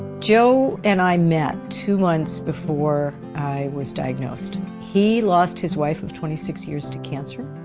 joe and i met two months before i was diagnosed. he lost his wife of twenty six years to cancer.